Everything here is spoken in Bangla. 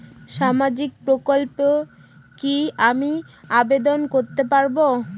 সামাজিক প্রকল্পে কি আমি আবেদন করতে পারবো?